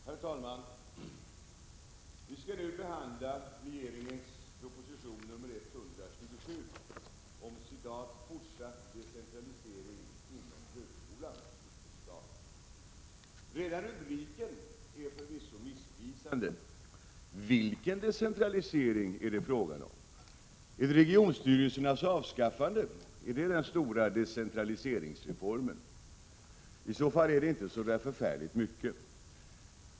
Herr talman! Vi skall nu behandla regeringens proposition 127 om fortsatt decentralisering inom högskolan. Redan rubriken är förvisso missvisande. Vilken decentralisering är det fråga om? Är regionstyrelsernas avskaffande den stora decentraliseringsreformen? I så fall gäller det inte så förfärligt mycket.